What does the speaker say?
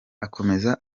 akomeza